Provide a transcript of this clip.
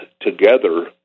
together